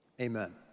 Amen